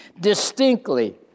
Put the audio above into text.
Distinctly